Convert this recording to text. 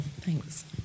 Thanks